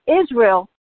Israel